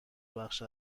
بخش